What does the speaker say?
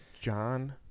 John